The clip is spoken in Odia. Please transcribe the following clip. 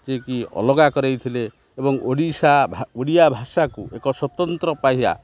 ଯିଏକି ଅଲଗା କରାଇଥିଲେ ଏବଂ ଓଡ଼ିଶା ଓଡ଼ିଆ ଭାଷାକୁ ଏକ ସ୍ୱତନ୍ତ୍ର ପାହିଆ